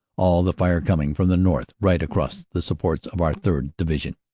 all the fire coming from the north right across the supports of our third. division,